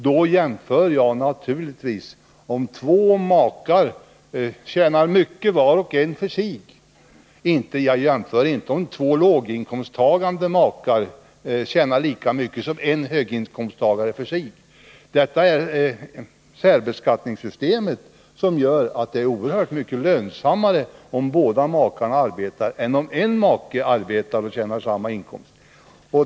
Jag jämför naturligtvis då om två makar tjänar mycket var och en för sig och inte om två låginkomsttagande makar tjänar lika mycket som en höginkomsttagare för sig. Det är särbeskattningssystemet som gör att det är oerhört mycket lönsammare om båda makarna arbetar än om en make arbetar och har samma inkomst.